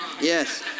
Yes